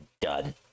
done